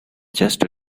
just